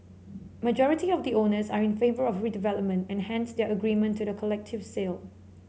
majority of the owners are in favour of redevelopment and hence their agreement to the collective sale